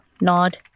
nod